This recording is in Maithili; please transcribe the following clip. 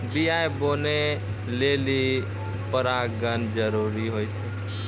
बीया बनै लेलि परागण जरूरी होय छै